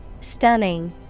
Stunning